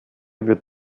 wird